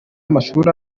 amashuri